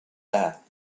that